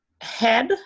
head